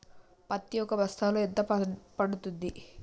పత్తి ఒక బస్తాలో ఎంత పడ్తుంది?